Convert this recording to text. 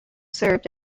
served